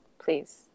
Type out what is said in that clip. please